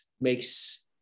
makes